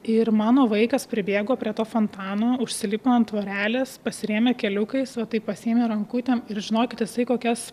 ir mano vaikas pribėgo prie to fontano užsilipo ant tvorelės pasirėmė keliukais va taip pasiėmė rankutėm ir žinokit jisai kokias